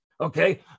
Okay